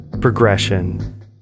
progression